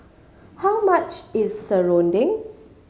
how much is serunding